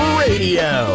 radio